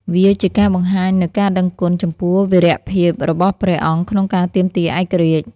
វាជាការបង្ហាញនូវការដឹងគុណចំពោះវីរភាពរបស់ព្រះអង្គក្នុងការទាមទារឯករាជ្យ។